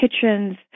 kitchens